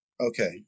Okay